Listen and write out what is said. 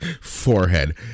Forehead